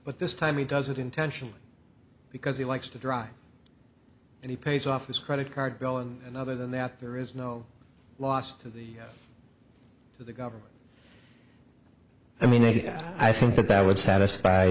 but this time he does it intentionally because he likes to drive and he pays off his credit card bill and other than that there is no loss to the government i mean if i think that that would satisfy